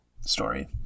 story